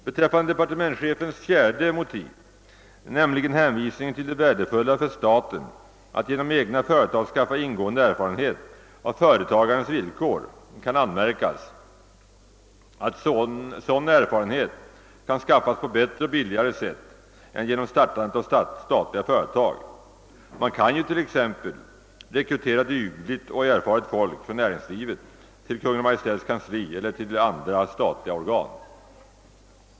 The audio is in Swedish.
Beträffande departementschefens fjärde motiv, nämligen hänvisningen till det värdefulla för staten att genom egna företag skaffa »ingående erfarenhet av företagandets villkor» kan anmärkas, att sådan erfarenhet kan skaffas på bättre och billigare sätt än genom startandet av statliga företag. Man kan t.ex. rekrytera dugligt och erfaret folk från näringslivet till Kungl. Maj:ts kansli eller till andra statliga organ.